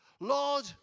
Lord